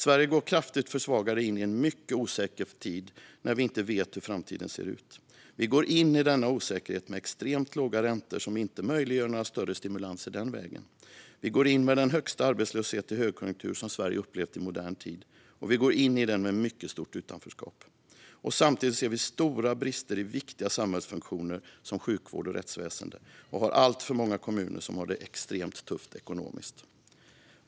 Sverige går kraftigt försvagat in i en mycket osäker framtid. Vi går in i denna osäkerhet med extremt låga räntor, som inte möjliggör för några större stimulanser den vägen. Vi går in med den högsta arbetslöshet i högkonjunktur som Sverige har upplevt i modern tid, och vi går in i den med ett mycket stort utanförskap. Samtidigt ser vi stora brister i viktiga samhällsfunktioner, som sjukvård och rättsväsen, och alltför många kommuner har det extremt tufft ekonomiskt.